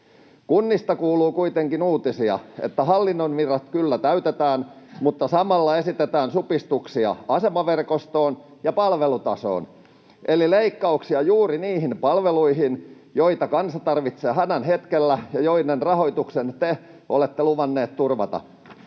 Kunnista kuuluu kuitenkin uutisia, että hallinnon virat kyllä täytetään, mutta samalla esitetään supistuksia asemaverkostoon ja palvelutasoon eli leikkauksia juuri niihin palveluihin, joita kansa tarvitsee hädän hetkellä ja joiden rahoituksen te olette luvanneet turvata.